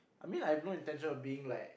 I mean like I have no intention of being like